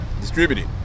distributed